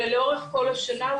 אלא לאורך כל השנה,